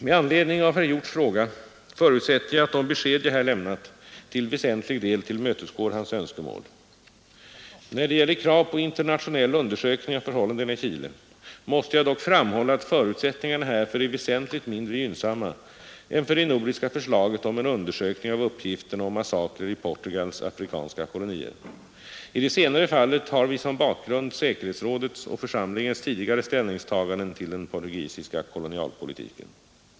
Med anledning av herr Hjorths fråga förutsätter jag att de besked jag här lämnat till väsentlig del tillmötesgår hans önskemål. När det gäller krav på internationell undersökning av förhållandena i Chile måste jag dock framhålla att förutsättningarna härför är väsentligt mindre gynnsamma än för det nordiska förslaget om en undersökning av uppgifterna om massakrer i Portugals afrikanska kolonier. I det senare fallet har vi som bakgrund säkerhetsrådets och församlingens tidigare ställningstaganden till den portugisiska kolonialpolitiken.